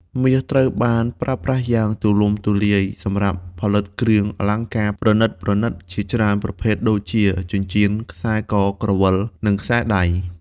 មាសត្រូវបានប្រើប្រាស់យ៉ាងទូលំទូលាយសម្រាប់ផលិតគ្រឿងអលង្ការប្រណិតៗជាច្រើនប្រភេទដូចជា ចិញ្ចៀន ខ្សែក ក្រវិល និងខ្សែដៃ។